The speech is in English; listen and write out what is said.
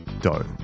dough